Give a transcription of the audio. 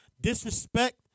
disrespect